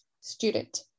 student